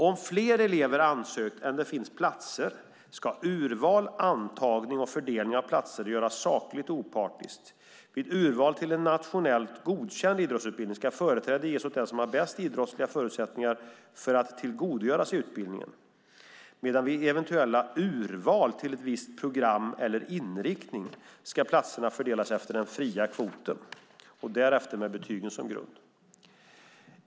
Om fler elever ansökt än det finns platser ska urval, antagning och fördelning av platser göras sakligt och opartiskt. Vid urval till en nationellt godkänd idrottsutbildning ska företräde ges åt den som har bäst idrottsliga förutsättningar för att tillgodogöra sig utbildningen, men vid eventuella urval till ett visst program eller inriktning ska platserna fördelas efter den fria kvoten och därefter med betygen som grund.